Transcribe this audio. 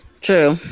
true